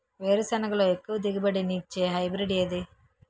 వేరుసెనగ లో ఎక్కువ దిగుబడి నీ ఇచ్చే హైబ్రిడ్ ఏది?